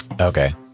okay